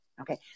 Okay